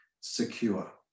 secure